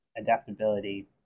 adaptability